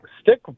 stick